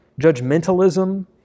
judgmentalism